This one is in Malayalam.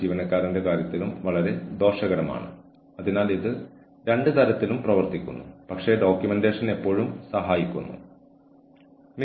പിന്നെ വിരൽ ചൂണ്ടരുത് ഇത് മോശമാണ് ഇത് മോശമാണ് നിങ്ങൾ ഇത് ചെയ്തു നിങ്ങൾ ചെയ്തിട്ടില്ല എന്നിങ്ങനെ വീണ്ടും വീണ്ടും പറയരുത്